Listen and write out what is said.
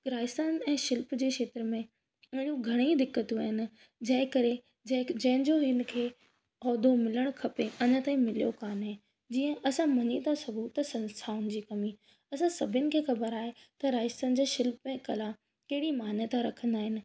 राजस्थान ऐं शिल्प जे क्षेत्र में इन जो घणईं दिक़तूं आहिनि जंहिम करे जे जंहिं जो हिन खे उहिदो मिलणु खपे अञा ताईं मिलियो काने जीअं असां मञी था सघूं कि संस्थाउनि जी कमी असां सभिनि खे ख़बर आहे त राजस्थान जा शिल्प ऐं कला कहिड़ी मान्यता रखंदा आहिनि